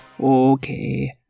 Okay